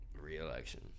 Re-election